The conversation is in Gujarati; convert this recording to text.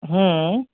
હમ્મ